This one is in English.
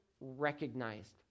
recognized